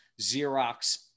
Xerox